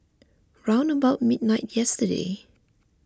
round about midnight yesterday